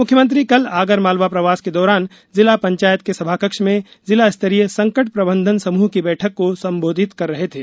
मुख्यमंत्री कल आगरमालवा प्रवास के दौरान जिला पंचायत के सभाकक्ष में जिलास्तरीय संकट प्रबंधन समूह की बैठक को संबोधित कर रहे थे